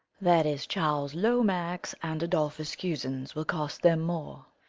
that is, charles lomax and adolphus cusins will cost them more.